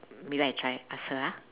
maybe I try ask her ah